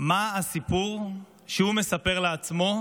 מה הסיפור שהוא מספר לעצמו,